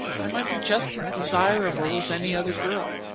i might be just as desirable as any other girl.